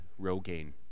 Rogaine